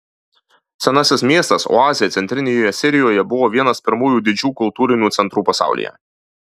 senasis miestas oazė centrinėje sirijoje buvo vienas pirmųjų didžių kultūrinių centrų pasaulyje